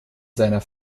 seiner